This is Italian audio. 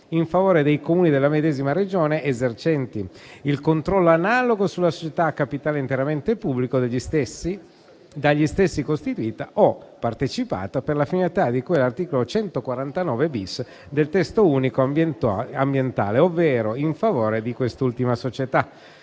in favore dei Comuni della medesima Regione esercenti il controllo analogo sulla società a capitale interamente pubblico dagli stessi costituita o partecipata per la finalità di cui all'articolo 149-*bis* del testo unico ambientale ovvero in favore di quest'ultima società.